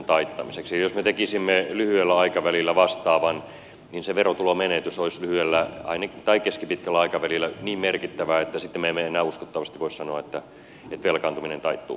jos me tekisimme lyhyellä aikavälillä vastaavan niin se verotulomenetys olisi lyhyellä tai keskipitkällä aikavälillä niin merkittävä että sitten me emme enää uskottavasti voi sanoa että velkaantuminen taittuu